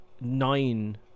nine